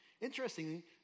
Interestingly